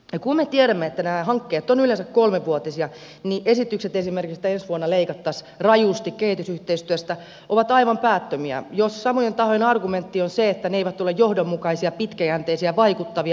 kun me tiedämme että nämä hankkeet ovat yleensä kolmevuotisia niin esimerkiksi esitykset että ensi vuonna leikattaisiin rajusti kehitysyhteistyöstä ovat aivan päättömiä jos samojen tahojen argumentti on se että ne eivät ole johdonmukaisia pitkäjänteisiä ja vaikuttavia